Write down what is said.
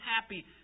happy